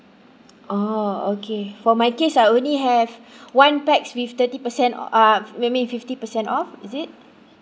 oh okay for my case I only have one pax with thirty percent uh maybe fifty percent off is it